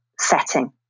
setting